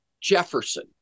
Jefferson